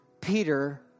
Peter